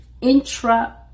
intra-